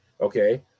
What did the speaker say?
Okay